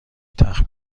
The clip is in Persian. تخت